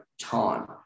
time